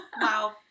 wow